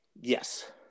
Yes